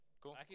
Cool